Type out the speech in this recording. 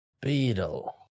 Beetle